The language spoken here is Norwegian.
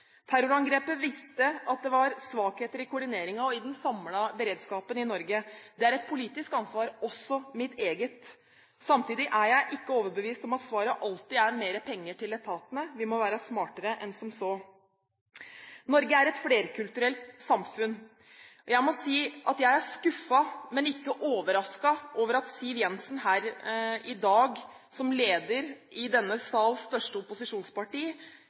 Terrorangrepet viste at det var svakheter i koordineringen og i den samlede beredskapen i Norge. Det er et politisk ansvar, også mitt eget. Samtidig er jeg ikke overbevist om at svaret alltid er mer penger til etatene. Vi må være smartere enn som så. Norge er et flerkulturelt samfunn. Jeg må si at jeg er skuffet, men ikke overrasket over at Siv Jensen her i dag som leder i denne salens største opposisjonsparti